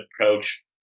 approach